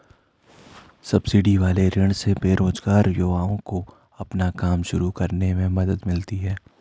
subsidy वाले ऋण से बेरोजगार युवाओं को अपना काम शुरू करने में मदद मिलती है